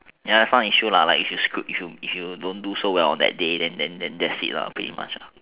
ya it's not an issue lah like if if you you screwed don't do as well on that day then that it's lah pretty much it lah